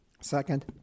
Second